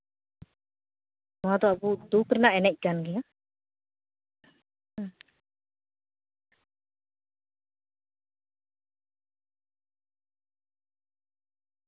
ᱱᱚᱣᱟ ᱫᱚ ᱟᱹᱰᱤ ᱫᱩᱠ ᱨᱮᱱᱟᱜ ᱮᱱᱮᱡ ᱠᱟᱱ ᱜᱮᱭᱟ